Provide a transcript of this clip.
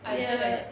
I feel like